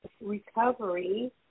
recovery